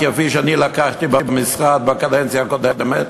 כפי שאני לקחתי במשרד בקדנציה הקודמת,